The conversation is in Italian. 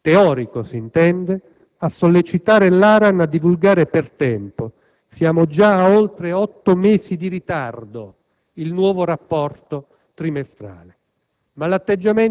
teorico s'intende, a sollecitare l'ARAN a divulgare per tempo (siamo già a oltre otto mesi di ritardo) il nuovo rapporto trimestrale,